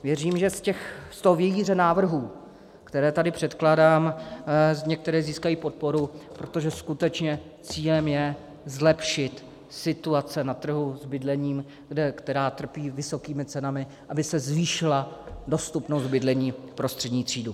Věřím, že z toho vějíře návrhů, které tady předkládám, některé získají podporu, protože skutečně cílem je zlepšit situaci na trhu s bydlením, která trpí vysokými cenami, aby se zvýšila dostupnost bydlení pro střední třídu.